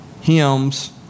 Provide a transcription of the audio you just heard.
hymns